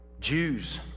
Jews